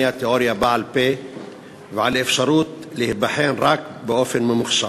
התיאוריה בעל-פה ועל האפשרות להיבחן רק באופן ממוחשב.